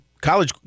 college